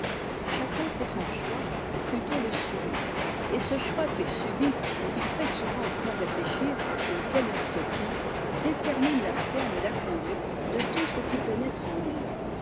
chacun fait son choix ou plutôt le subit ce choix qu'il subit ou qu'il fait souvent s réfléchir et auquel il se tient détermine la me et la conduite de tout ce qui pénètre en lui